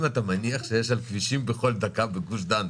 אתה מניח שיש על כבישים בכל דקה בגוש דן?